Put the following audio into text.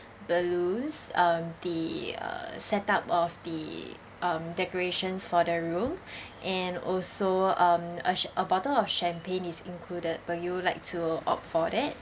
balloons uh the uh set up of the um decorations for the room and also um a cha~ a bottle of champagne is included but you would like to opt for that